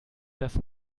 dass